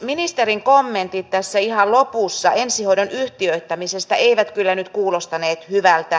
ministerin kommentit ihan lopussa ensihoidon yhtiöittämisestä eivät kuulostaneet hyvältä